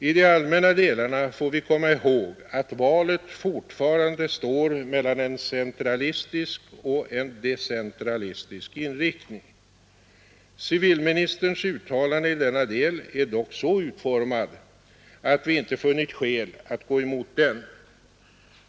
I de allmänna delarna får vi komma ihåg att valet fortfarande står mellan en centralistisk och en decentralistisk inriktning. Civilministerns uttalanden i denna del är dock så utformade att vi inte funnit skäl att gå emot dem.